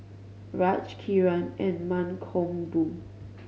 Raj Kiran and Mankombu